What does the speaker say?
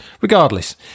Regardless